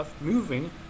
moving